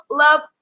love